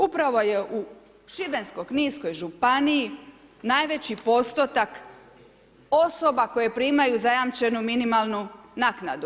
Upravo je u Šibensko-kninskoj županiji najveći postotak osoba koje primaju zajamčenu minimalnu naknadu.